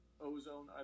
ozone